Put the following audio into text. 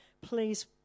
Please